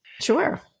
Sure